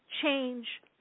change